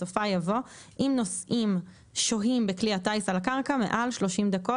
בסופה יבוא "אם נוסעים שוהים תקנהבכלי הטיס על הקרקע מעל 30 דקות".